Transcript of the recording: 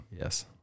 Yes